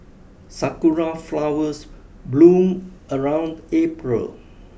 sakura flowers bloom around April